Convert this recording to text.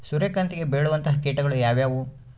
ಸೂರ್ಯಕಾಂತಿಗೆ ಬೇಳುವಂತಹ ಕೇಟಗಳು ಯಾವ್ಯಾವು?